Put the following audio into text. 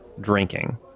drinking